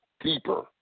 deeper